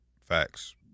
Facts